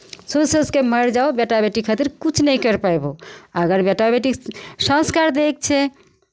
सोचि सोचि कऽ मरि जाउ बेटा बेटी खातिर किछु नहि करि पयबहु अगर बेटा बेटी संस्कार दैके छै